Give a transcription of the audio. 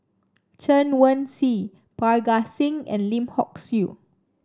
Chen Wen Hsi Parga Singh and Lim Hock Siew